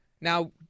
Now